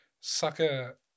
sucker